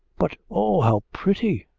but, oh, how pretty!